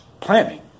planning